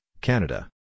Canada